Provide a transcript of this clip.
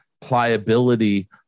pliability